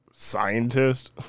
Scientist